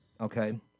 Okay